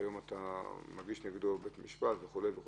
שהיום אתה מגיש נגדו כתב אישום וכו',